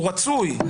הוא רצוי,